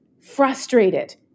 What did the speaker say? frustrated